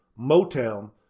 Motown